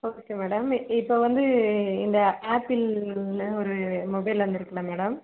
okay madam இப்போ வந்து இந்த ஆப்பிள் ஒரு மொபைல் வந்துருக்குல மேடம்